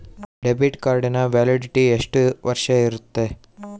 Debit ಕಾರ್ಡಿನ validity ಎಷ್ಟು ವರ್ಷ ಇರುತ್ತೆ?